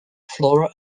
flora